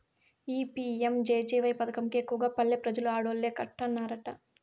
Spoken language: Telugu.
ఈ పి.యం.జె.జె.వై పదకం కి ఎక్కువగా పల్లె పెజలు ఆడోల్లే కట్టన్నారట